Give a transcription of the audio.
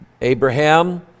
Abraham